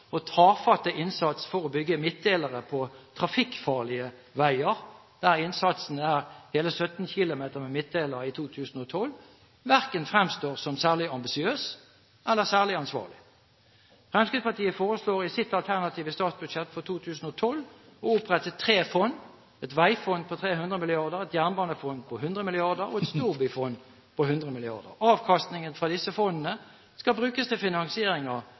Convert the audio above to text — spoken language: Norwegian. tafatte innsats for å bygge midtdelere på trafikkfarlige veier – innsatsen er «hele» 17 km vei med midtdeler i 2012 – verken fremstår som særlig ambisiøst eller særlig ansvarlig. Fremskrittspartiet foreslår i sitt alternative statsbudsjett for 2012 å opprette tre fond, et veifond på 300 mrd. kr, et jernbanefond på 100 mrd. kr og et storbyfond på 100 mrd. kr. Avkastningen fra disse fondene skal brukes til finansiering av